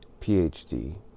PhD